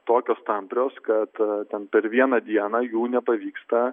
tokios tamprios kad ten per vieną dieną jų nepavyksta